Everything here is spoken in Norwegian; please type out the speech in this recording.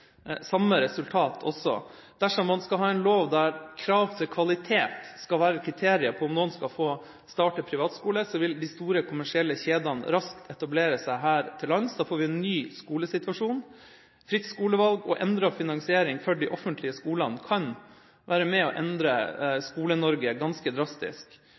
samme resultat også. Dersom man skal ha en lov der krav til kvalitet skal være kriteriet for om noen skal få starte privatskole, vil de store, kommersielle kjedene raskt etablere seg her til lands. Da får vi en ny skolesituasjon. Fritt skolevalg og endret finansiering for de offentlige skolene kan være med og endre Skole-Norge ganske drastisk.